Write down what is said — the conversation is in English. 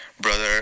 brother